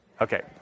Okay